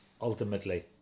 ultimately